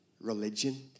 religion